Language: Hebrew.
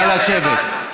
נא לשבת.